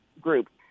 groups